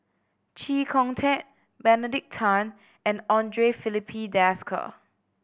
Chee Kong Tet Benedict Tan and Andre Filipe Desker